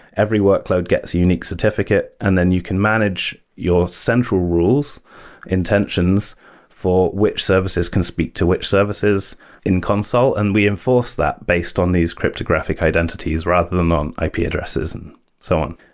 every workload gets unique certificate, and then you can manage your central rule's intentions for which services can speak to which services in consul, and we enforce that based on these cryptographic identities rather than on ip yeah addresses and so on.